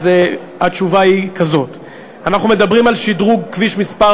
אז התשובה היא כזאת: אנחנו מדברים על שדרוג כביש מס'